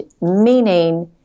meaning